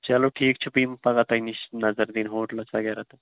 چلو ٹھیٖک چھُ بہٕ یِمہٕ پگہہ تۄہہِ نِش نظر دِنہِ ہوٹلَس وغیرہ تہٕ